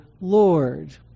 Lord